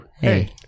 hey